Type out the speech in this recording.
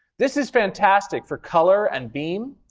this is fantastic for color and beam.